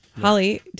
Holly